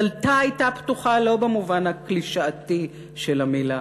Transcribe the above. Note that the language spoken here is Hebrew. דלתה הייתה פתוחה לא במובן הקלישאתי של המילה,